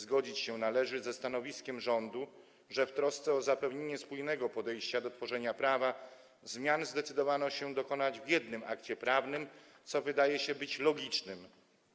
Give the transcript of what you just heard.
Zgodzić się należy ze stanowiskiem rządu, że w trosce o zapewnienie spójnego podejścia do tworzenia prawa zdecydowano się dokonać zmian w jednym akcie prawnym, co wydaje się logiczne,